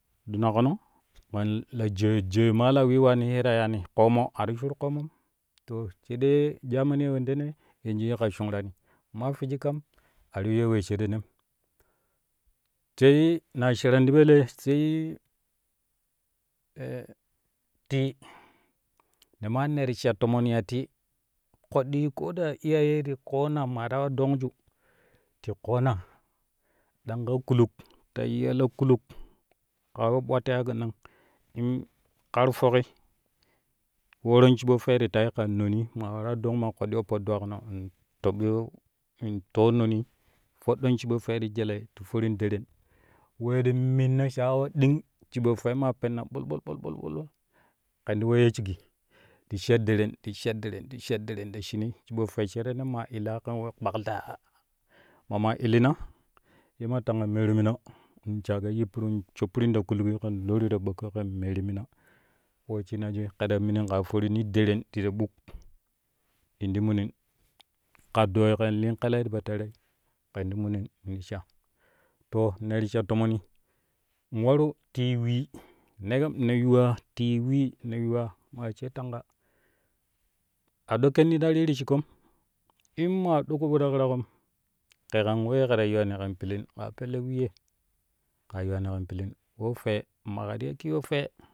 Dubkuno kan la jaai, jaai ma la wiu ye ta yaani ƙoomo a ti shur ƙoomom ti sai dai jamani ye wendene ye yiƙƙa shungrani maa fwiji kam a ti yuyyu wee sherehnem tei na sharon ti po lee tii ne ma ne ti sha toman tii koɗɗii ko daa iyaye ti ƙooma ma ta war dongju ti ƙoona dang ka kuluk ta yuyyo la kuluk kaa we ɓwatle hakanan in kar foƙi wooron shiɓo fwee ti tai kan nonii ma waraa dong maa koɗɗi oppo drakuno toɓɓyo in too noni wesshon shiɓo fwe to jellei ti foron deren we ti mimno sha’awa ɗing shiɓo fwee ma penna ɓol ɓol ɓol ken ti weeyo shigi ti sha deren, ti sha deren ti illaa ken we kpaklaa mama illina ye ma tanga meeru mina shago yippiru m shoppirin ta kuluki ken boru ta ɓaaƙƙo ken meerin mina po wesshinajui kɛ ta mini ke ta forini deren ti ta ɓuk in ti munin ka dooi ken lin kɛlɛi ti pa terei kɛn ti munin ti sha to ni ta sha tomoni in waru tii wee neru ne yuwa tii wee ne yuwaa ma she tanga a ɗo kenni ta viru shiƙƙon in ma do ƙoɓo ta ƙiraƙon ƙɛ kan wee kɛ ta yiwani kɛn pilin kaa pelle wee ye ka yiwani kɛn pilin ko fwe maƙa ti ya ƙiwo fwe.